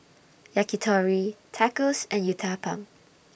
Yakitori Tacos and Uthapam